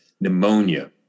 pneumonia